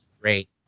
Great